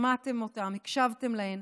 שמעתן אותם, הקשבתן להם,